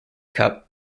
cup